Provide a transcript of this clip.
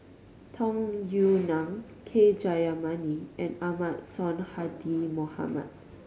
Tung Yue Nang K Jayamani and Ahmad Sonhadji Mohamad